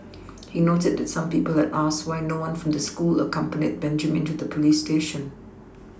he noted that some people had asked why no one from the school accompanied Benjamin to the police station